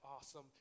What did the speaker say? awesome